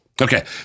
Okay